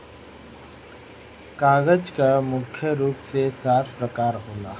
कागज कअ मुख्य रूप से सात प्रकार होला